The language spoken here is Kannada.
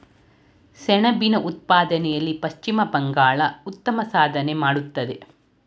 ಸೆಣಬಿನ ಉತ್ಪಾದನೆಯಲ್ಲಿ ಪಶ್ಚಿಮ ಬಂಗಾಳ ಉತ್ತಮ ಸಾಧನೆ ಮಾಡತ್ತದೆ